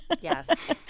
Yes